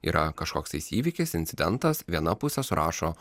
yra kažkoks tai įvykis incidentas viena pusės surašo